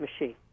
machine